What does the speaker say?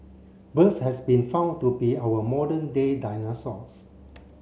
birds has been found to be our modern day dinosaurs